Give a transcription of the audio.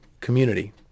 community